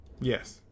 Yes